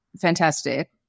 fantastic